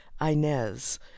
Inez